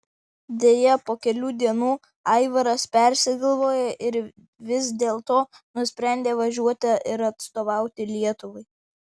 deja po kelių dienų aivaras persigalvojo ir vis dėlto nusprendė važiuoti ir atstovauti lietuvai